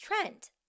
Trent